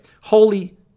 holy